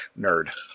nerd